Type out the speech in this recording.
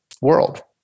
world